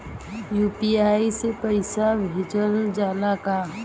UPI से पईसा भेजल जाला का?